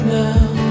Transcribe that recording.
now